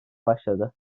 başladı